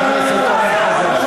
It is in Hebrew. חבר הכנסת אורן חזן.